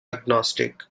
agnostic